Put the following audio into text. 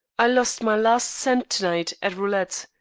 i lost my last cent to-night at roulette.